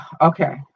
Okay